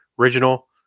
original